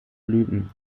blüten